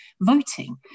voting